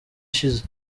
ishize